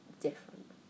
different